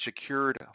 secured